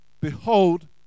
behold